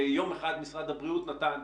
שיום אחד משרד הבריאות נתן,